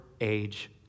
age